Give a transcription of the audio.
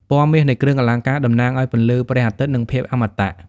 ពណ៌មាសនៃគ្រឿងអលង្ការតំណាងឱ្យពន្លឺព្រះអាទិត្យ និងភាពអមតៈ។